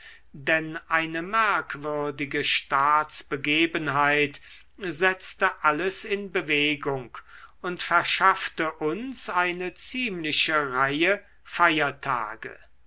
denn eine merkwürdige staatsbegebenheit setzte alles in bewegung und verschaffte uns eine ziemliche reihe feiertage